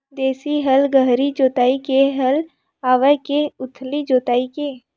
देशी हल गहरी जोताई के हल आवे के उथली जोताई के?